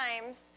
times